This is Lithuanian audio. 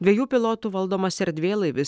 dviejų pilotų valdomas erdvėlaivis